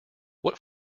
what